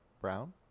Brown